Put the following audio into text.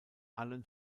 allen